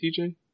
TJ